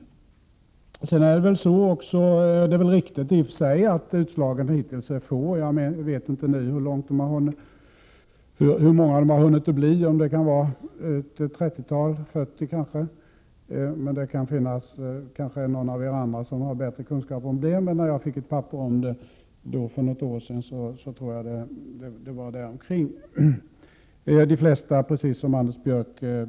Det är väl i och för sig riktigt att utslagen hittills har varit få. Jag vet inte hur många det har hunnit att bli. Det kan kanske röra sig om ett trettio-fyrtiotal — det kan kanske finnas någon annan av er andra som har bättre kunskaper, men när jag för något år sedan fick papper om detta tror jag att antalet låg där omkring.